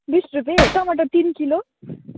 बिस रुपियाँ टमाटर तिन किलो